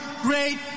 Great